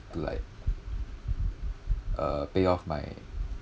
to like uh pay off my